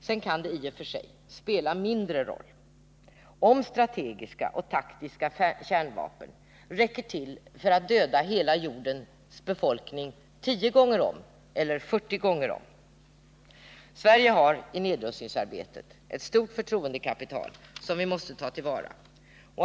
Sedan kan det i och för sig spela en mindre roll om strategiska och taktiska kärnvapen räcker till för att döda hela jordens befolkning tio gånger om eller fyrtio gånger om. Sverige har i nedrustningsarbetet ett stort förtroendekapital som Sverige måste ta till vara.